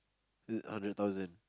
a hundred thousand